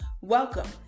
welcome